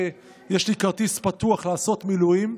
שיש לי כרטיס פתוח לעשות מילואים.